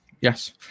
Yes